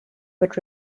but